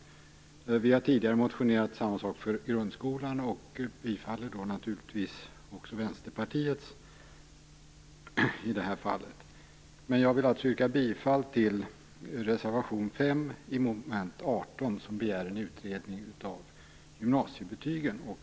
Vi har tidigare motionerat om samma sak för grundskolan. Vi tillstyrker alltså Vänsterpartiets förslag i det här fallet. Men jag yrkar bifall till reservation 5 under mom. 18, där det begärs en utredning av gymnasiebetygen.